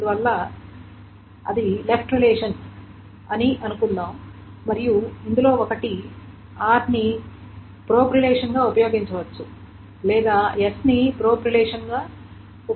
అది left relation అని అనుకుందాం మరియు ఇందులో ఒకటి r ని ప్రోబ్ రిలేషన్గా ఉపయోగించవచ్చు లేదా s ని ప్రోబ్ రిలేషన్గా ఉపయోగించవచ్చు